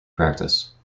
practice